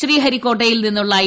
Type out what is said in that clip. ശ്രീഹരിക്കോട്ടയിൽ നിന്നുള്ള ഐ